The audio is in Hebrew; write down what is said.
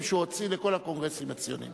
שהוא הוציא לכל הקונגרסים הציוניים,